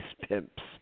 pimps